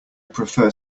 prefer